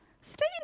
Stay